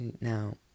Now